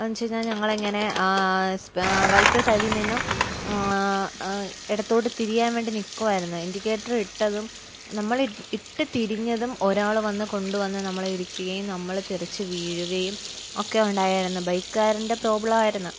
എന്ന് വെച്ച് കഴിഞ്ഞാ ഞങ്ങളിങ്ങനെ വലത്ത സൈഡിൽ നിന്ന് എടത്തോട്ട് തിരിയാൻ വേണ്ടി നിക്കുവായിരുന്നു ഇൻഡിക്കേറ്റർ ഇട്ടതും നമ്മള് ഇട്ട് തിരിഞ്ഞതും ഒരാള് വന്ന് കൊണ്ട് വന്ന് നമ്മള് ഇരിക്കുകയും നമ്മള് തിരിച്ച് വീഴുകയും ഒക്കെ ഒണ്ടായിരുന്നു ബൈക്കക്കറിൻ്റെ പ്രോബ്ലം ആയിരുന്നു